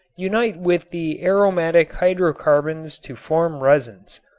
unite with the aromatic hydrocarbons to form resins.